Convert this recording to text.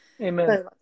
Amen